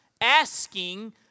asking